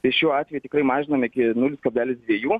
tai šiuo atveju tikrai mažinam iki nulis kablelis dviejų